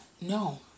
no